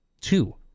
two